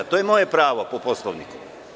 To je moje pravo, po Poslovniku.